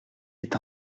est